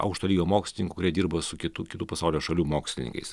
aukšto lygio mokslininkų kurie dirba su kitų kitų pasaulio šalių mokslininkais